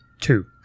two